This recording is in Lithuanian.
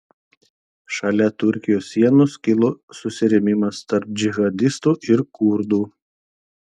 šalia turkijos sienos kilo susirėmimas tarp džihadistų ir kurdų